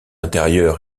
intérieur